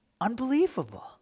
unbelievable